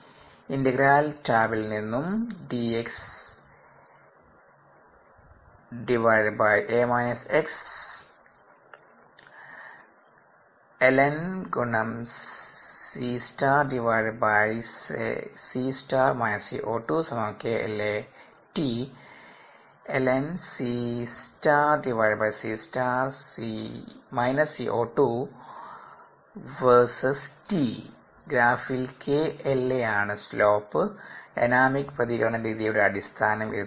integral ടാബ്ലിൽ നിന്നും അപ്പോൾ ഉത്തരം ഗ്രാഫിൽ KLa ആണ് സ്ലോപ് ഡൈനാമിക് പ്രതികരണ രീതിയുടെ അടിസ്ഥാനം ഇത് തരുന്നു